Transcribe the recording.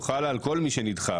חלה על כל מי שנדחה,